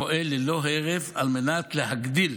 פועל ללא הרף על מנת להגדיל